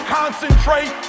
concentrate